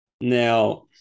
Now